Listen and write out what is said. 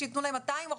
שיתנו להם 200%,